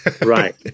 right